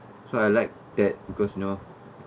so I like that because you know